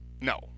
no